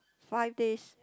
five days